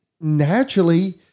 naturally